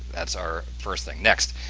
that's our first thing. next,